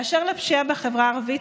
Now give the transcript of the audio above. באשר לפשיעה בחברה הערבית,